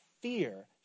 fear